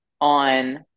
on